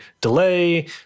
delay